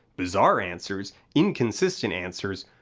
bizarre answers. inconsistent answers.